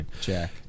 Jack